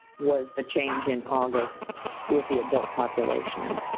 was the change in august with the adult population.